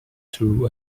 through